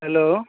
hello